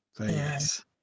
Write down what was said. yes